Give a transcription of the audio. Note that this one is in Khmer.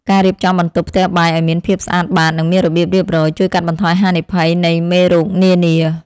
ការរៀបចំបន្ទប់ផ្ទះបាយឱ្យមានភាពស្អាតបាតនិងមានរបៀបរៀបរយ ជួយកាត់បន្ថយហានិភ័យនៃមេរោគនានា។